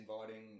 inviting